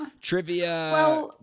trivia